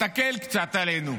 תקל קצת עלינו.